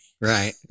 Right